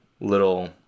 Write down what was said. little